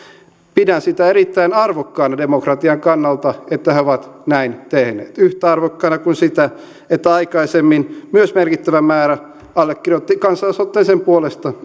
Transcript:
pidän sitä erittäin arvokkaana demokratian kannalta että he ovat näin tehneet yhtä arvokkaana kuin sitä että aikaisemmin myös merkittävä määrä allekirjoitti kansalaisaloitteen sen puolesta